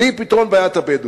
בלי פתרון בעיית הבדואים.